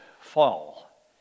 fall